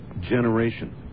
generation